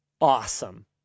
awesome